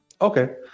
Okay